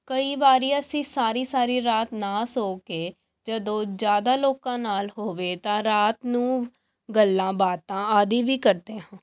ਕਈ ਵਾਰ ਅਸੀਂ ਸਾਰੀ ਸਾਰੀ ਰਾਤ ਨਾ ਸੋ ਕੇ ਜਦੋਂ ਜ਼ਿਆਦਾ ਲੋਕਾਂ ਨਾਲ ਹੋਵੇ ਤਾਂ ਰਾਤ ਨੂੰ ਗੱਲਾਂ ਬਾਤਾਂ ਆਦਿ ਵੀ ਕਰਦੇ ਹਾਂ